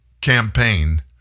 campaign